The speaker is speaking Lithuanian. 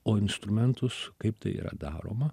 o instrumentus kaip tai yra daroma